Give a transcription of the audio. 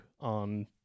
on